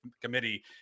committee